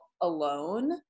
Alone